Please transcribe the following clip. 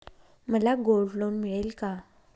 मला gold loan मिळेल का?